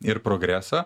ir progresą